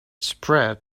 spread